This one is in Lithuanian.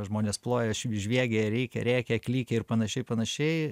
žmonės ploja šiaip žviegia rėkia rėkia klykia ir panašiai panašiai